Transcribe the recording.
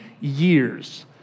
years